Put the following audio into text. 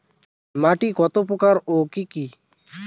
মাটি কতপ্রকার ও কি কী?